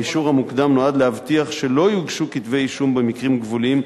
והאישור המוקדם נועד להבטיח שלא יוגשו כתבי-אישום במקרים גבוליים,